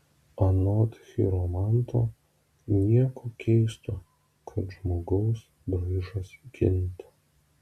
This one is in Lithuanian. anot chiromanto nieko keisto kad žmogaus braižas kinta